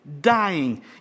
dying